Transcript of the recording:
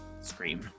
Scream